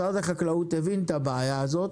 משרד החקלאות הבין את הבעיה הזאת